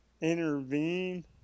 intervene